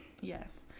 Yes